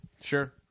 sure